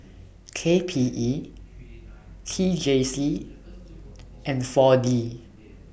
K P E T J C and four D